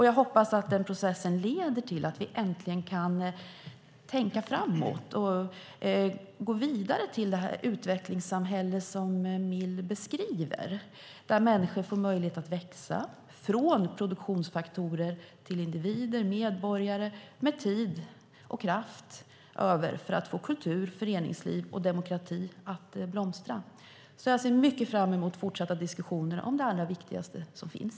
Jag hoppas att processen leder till att vi äntligen kan tänka framåt och gå vidare till det utvecklingssamhälle Mill beskriver, där människor får möjlighet att växa från produktionsfaktorer till individer och medborgare med tid och kraft över för att få kultur, föreningsliv och demokrati att blomstra. Jag ser alltså mycket fram emot fortsatta diskussioner om det egentligen allra viktigaste som finns.